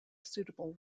suitable